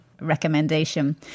recommendation